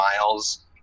miles